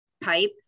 pipe